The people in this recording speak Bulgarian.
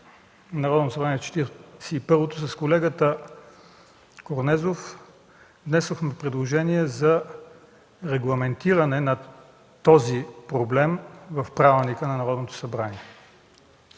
Народно събрание с колегата Корнезов внесохме предложение за регламентиране на този проблем в Правилника